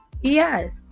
yes